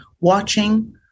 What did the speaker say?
watching